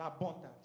abundance